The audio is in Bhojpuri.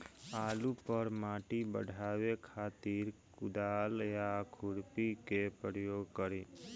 आलू पर माटी चढ़ावे खातिर कुदाल या खुरपी के प्रयोग करी?